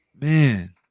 man